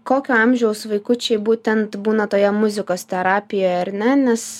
kokio amžiaus vaikučiai būtent būna toje muzikos terapijoje ar ne nes